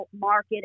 market